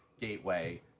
gateway